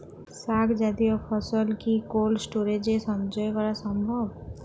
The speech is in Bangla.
শাক জাতীয় ফসল কি কোল্ড স্টোরেজে সঞ্চয় করা সম্ভব?